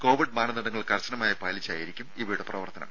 Covid മാനദണ്ഡങ്ങൾ കർശനമായി പാലിച്ചായിരിക്കും ഇവയുടെ പ്രവർത്തനം